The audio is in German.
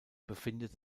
befindet